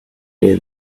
near